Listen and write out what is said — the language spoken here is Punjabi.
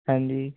ਹਾਂਜੀ